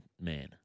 man